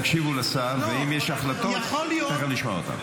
תקשיבו לשר, ואם יש החלטות, תכף נשמע אותן.